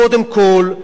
קודם כול,